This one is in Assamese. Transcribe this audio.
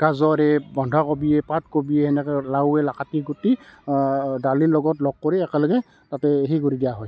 গাজৰে বন্ধাকবিয়ে পাতকবিয়ে এনেকৈ লাৱে কাটি কুটি দালিৰ লগত লগ কৰি একেলগে তাতে সেই কৰি দিয়া হয়